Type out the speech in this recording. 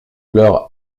leur